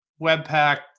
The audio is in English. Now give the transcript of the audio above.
Webpack